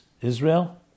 Israel